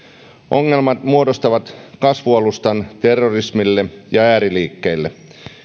ongelmat muodostavat kasvualustan terrorismille ja ääriliikkeille